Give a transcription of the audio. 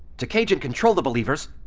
to cage and control the believers,